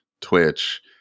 Twitch